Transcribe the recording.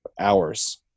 hours